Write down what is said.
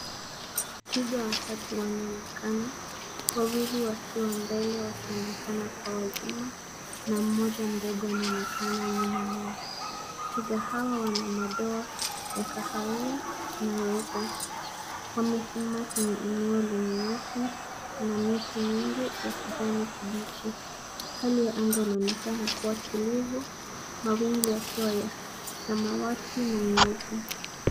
Twiga watatu wanaonekana wawili wakiwa mbele wakionekana kuwa wazima na mmoja mdogo anaonekana nyuma yao. Twiga hawa wana madoa ya kahawia na weupe. Wamesimama kwenye eneo lenye nyasi na miti mingi ya kijani kibichi. Hali ya angaa inaonekana kuwa tulivu mawingu yakiwa ya samawati na nyeupe.